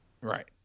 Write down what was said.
Right